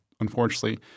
Unfortunately